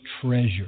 treasure